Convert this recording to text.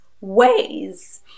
ways